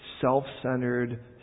self-centered